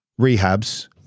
rehabs